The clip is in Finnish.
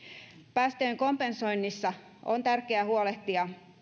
päästöjen kompensoinnissa on tärkeää huolehtia